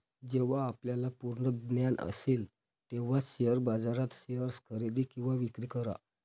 जेव्हा आपल्याला पूर्ण ज्ञान असेल तेव्हाच शेअर बाजारात शेअर्स खरेदी किंवा विक्री करा